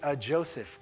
Joseph